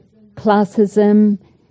Classism